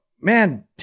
man